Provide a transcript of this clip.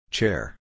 Chair